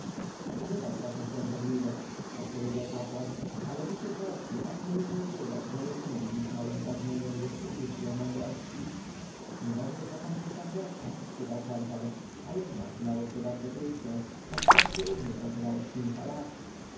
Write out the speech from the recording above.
wybacz wasza świątobliwość odpowiedział kapłan ale życie dworskie tak mnie znużyło że jedynem dziś mojem pragnieniem jest uczyć się mądrości nie możesz zapomnieć ramzesa spytał herhor a jednak znałeś go bardzo krótko podczas gdy u mnie pracowałeś kilka lat